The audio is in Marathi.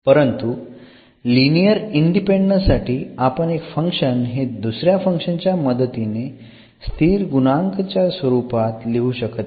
परंतु लिनिअर इंडिपेंडंस साठी आपण एक फंक्शन हे दुसऱ्या फंक्शनच्या मदतीने स्थिर गुणक च्या स्वरूपात लिहू शकत नाही